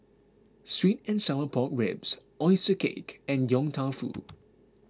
Sweet and Sour Pork Ribs Oyster Cake and Yong Tau Foo